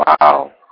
Wow